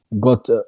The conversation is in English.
got